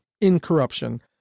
incorruption